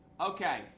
Okay